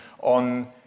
on